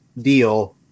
deal